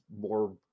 more